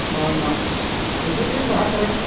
ᱦᱚᱭ ᱢᱟ ᱦᱤᱡᱩᱜᱵᱤᱱ ᱵᱟᱦᱟᱠᱚᱨᱮ